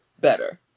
better